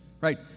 right